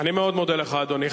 אני מאוד מודה לך, אדוני.